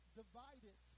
divided